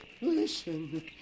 Listen